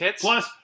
Plus